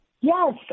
Yes